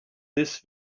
this